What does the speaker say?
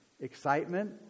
excitement